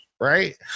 right